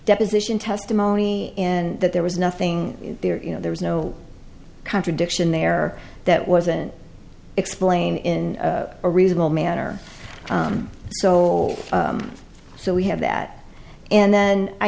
deposition testimony and that there was nothing there you know there was no contradiction there that wasn't explained in a reasonable manner so so we have that and then i